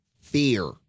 fear